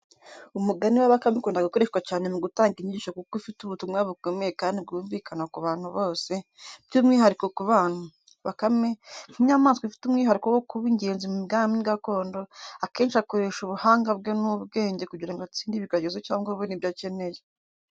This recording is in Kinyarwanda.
Umugani wa Bakame ukunda gukoreshwa cyane mu gutanga inyigisho kuko ufite ubutumwa bukomeye kandi bwumvikana ku bantu bose, by’umwihariko ku bana. Bakame, nk’inyamaswa ifite umwihariko wo kuba ingenzi mu migani gakondo, akenshi akoresha ubuhanga bwe n’ubwenge kugira ngo atsinde ibigeragezo cyangwa abone ibyo akeneye.